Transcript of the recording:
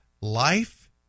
life